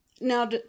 Now